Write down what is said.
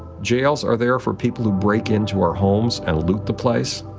jails are there for people who break into our homes and loot the place.